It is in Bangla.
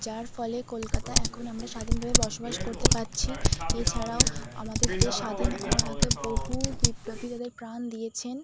যার ফলে কলকাতায় এখন আমরা স্বাধীনভাবে বসবাস করতে পারছি এছাড়াও আমাদের দেশ স্বাধীন হওয়ার আগে বহু বিপ্লবী তাদের প্রাণ দিয়েছেন